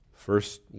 First